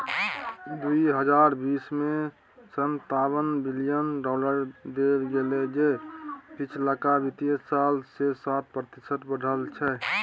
दुइ हजार बीस में सनतावन बिलियन डॉलर देल गेले जे पिछलका वित्तीय साल से सात प्रतिशत बढ़ल छै